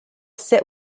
sit